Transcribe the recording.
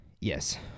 Yes